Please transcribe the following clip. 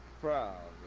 from